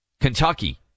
Kentucky